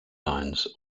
lines